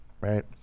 right